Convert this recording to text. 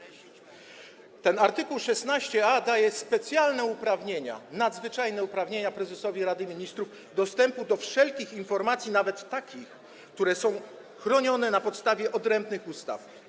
Ten art. 16a daje specjalne uprawnienia, nadzwyczajne uprawnienia prezesowi Rady Ministrów do dostępu do wszelkich informacji, nawet takich, które są chronione na podstawie odrębnych ustaw.